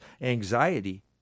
anxiety